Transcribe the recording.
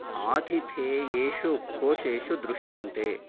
आथिथेयेषु कोशेषु दृश्यन्ते